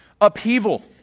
upheaval